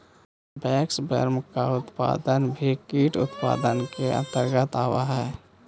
waxworm का उत्पादन भी कीट उत्पादन के अंतर्गत आवत है